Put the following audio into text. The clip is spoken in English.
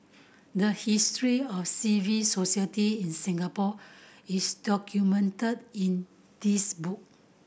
the history of civil society in Singapore is documented in this book